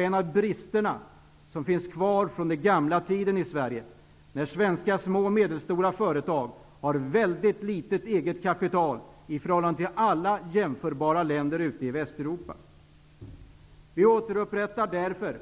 En av bristerna som finns kvar från den gamla tiden i Sverige är att små och medelstora företag har litet eget kapital i förhållande till alla jämförbara länder i Västeuropa. Vi återupprättar